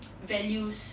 values